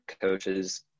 coaches